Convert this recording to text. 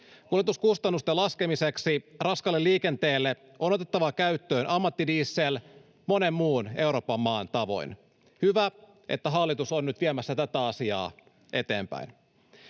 Kuljetuskustannusten laskemiseksi raskaalle liikenteelle on otettava käyttöön ammattidiesel monen muun Euroopan maan tavoin. Hyvä, että hallitus on nyt viemässä tätä asiaa eteenpäin.